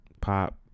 pop